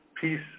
peace